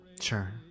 sure